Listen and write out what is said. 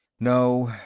no.